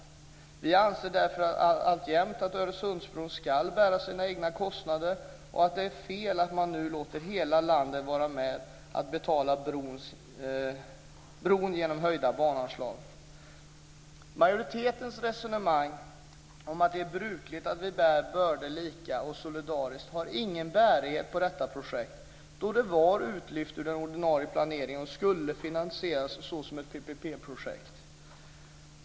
Vi anser därför alltjämt att Öresundsbron ska bära sina egna kostnader och att det är fel att man nu låter hela landet vara med och betala bron genom höjda bananslag. Majoritetens resonemang om att det är brukligt att vi bär bördor lika och solidariskt har ingen bärighet på detta projekt då det var utlyft ur den ordinarie planeringen och skulle finansieras som ett PPP projekt.